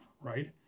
right